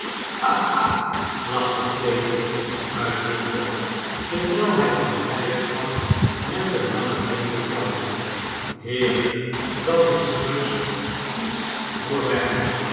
lachte claypole uitbundig terwijl hij van blijdschap met de lange beenen trappelde heer dat is juist iets voor mij